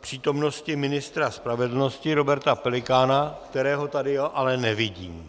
přítomnosti ministra spravedlnosti Roberta Pelikána, kterého tady ale nevidím.